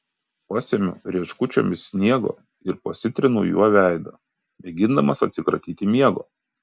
pasemiu rieškučiomis sniego ir pasitrinu juo veidą mėgindamas atsikratyti miego